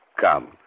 come